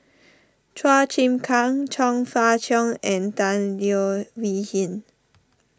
Chua Chim Kang Chong Fah Cheong and Tan Leo Wee Hin